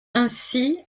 ainsi